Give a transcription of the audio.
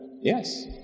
Yes